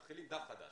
מתחילים דף חדש,